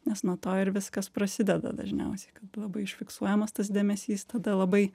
nes nuo to ir viskas prasideda dažniausiai kad labai užfiksuojamas tas dėmesys tada labai